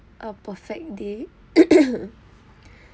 a perfect day